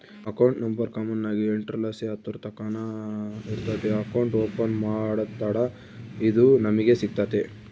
account number common ಆಗಿ ಎಂಟುರ್ಲಾಸಿ ಹತ್ತುರ್ತಕನ ಇರ್ತತೆ ಅಕೌಂಟ್ ಓಪನ್ ಮಾಡತ್ತಡ ಇದು ನಮಿಗೆ ಸಿಗ್ತತೆ